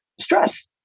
stress